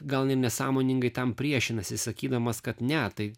gal ne nesąmoningai tam priešinasi sakydamas kad ne tai